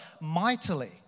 mightily